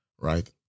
Right